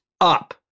up